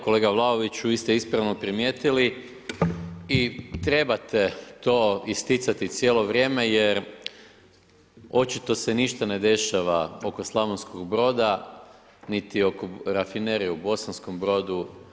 Kolega Vlaoviću, vi ste ispravno primijetili i trebate to isticati cijelo vrijeme jer očito se ništa ne dešava oko Slavonskog Broda niti oko Rafinerije u Bosanskom Brodu.